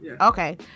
Okay